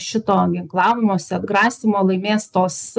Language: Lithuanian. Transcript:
šito ginklavimosi atgrasymo laimės tos